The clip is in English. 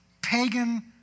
pagan